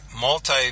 multi